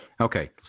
Okay